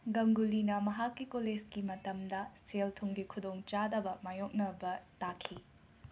ꯒꯪꯒꯨꯂꯤꯅ ꯃꯍꯥꯛꯀꯤ ꯀꯣꯂꯦꯁꯀꯤ ꯃꯇꯝꯗ ꯁꯦꯜ ꯊꯨꯝꯒꯤ ꯈꯨꯗꯣꯡ ꯆꯥꯗꯕ ꯃꯥꯌꯣꯛꯅꯕ ꯇꯥꯈꯤ